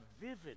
vivid